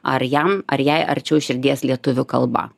ar jam ar jai arčiau širdies lietuvių kalba